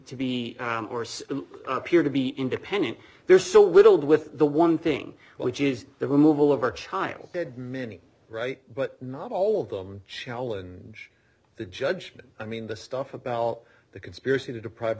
to be worse appear to be independent there's so little with the one thing which is the removal of our child dead many right but not all of them challenge the judgment i mean the stuff about the conspiracy to deprive